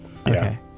Okay